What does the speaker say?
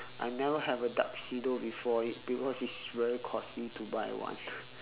I never have a tuxedo before it because it's very costly to buy one